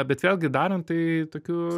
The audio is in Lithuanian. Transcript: bet vėlgi darant tai tokiu